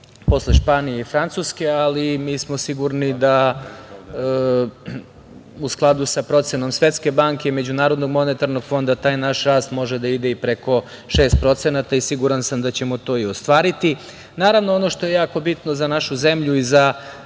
posle Španije i Francuske. Ali, mi smo sigurni da u skladu sa procenom Svetske banke, MMF taj naš rast može da ide i preko 6% i siguran sam da ćemo to i ostvariti. Naravno, ono što je jako bitno za našu zemlju i za